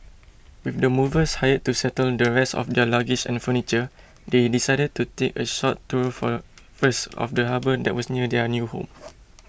with the movers hired to settle the rest of their luggage and furniture they decided to take a short tour for first of the harbour that was near their new home